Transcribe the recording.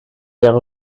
jahre